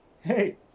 Hey